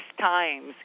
times